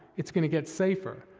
it's gonna get safer,